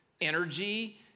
energy